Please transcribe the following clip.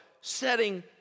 setting